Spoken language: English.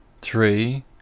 three